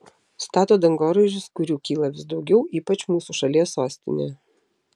stato dangoraižius kurių kyla vis daugiau ypač mūsų šalies sostinėje